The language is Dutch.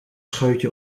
scheutje